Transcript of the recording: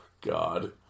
God